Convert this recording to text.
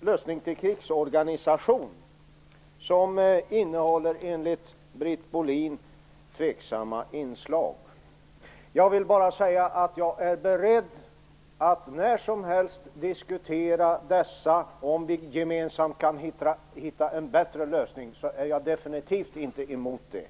lösning till krigsorganisation som enligt Britt Bohlin innehåller tveksamma inslag. Jag är beredd att när som helst diskutera dessa. Om vi gemensamt kan hitta en bättre lösning, är jag definitivt inte emot det.